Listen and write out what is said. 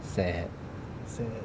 sad